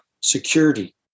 security